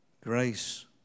Grace